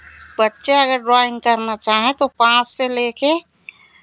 बच्चे अगर ड्रॉइंग करना चाहें तो पाँच से लेके